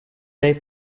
dig